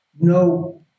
No